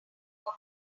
more